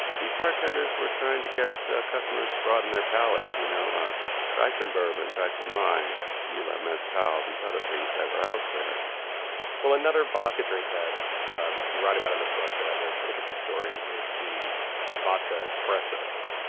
these bartenders were trying to get customers to broaden their palate, you know ah try some bourbon, try some rye, tequila, mezcal, these other things that were out there another vodka drink that and you write about in the book that has an ah interesting story is the vodka espresso,